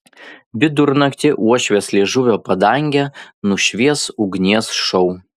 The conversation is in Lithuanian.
vidurnaktį uošvės liežuvio padangę nušvies ugnies šou